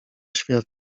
świat